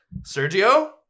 sergio